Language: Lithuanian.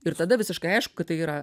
ir tada visiškai aišku kad tai yra